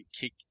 kick